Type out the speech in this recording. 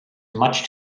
much